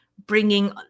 bringing